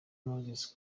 moses